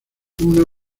una